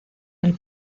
del